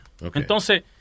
Entonces